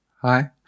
Hi